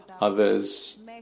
others